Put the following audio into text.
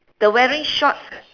the wearing shorts